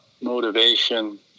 motivation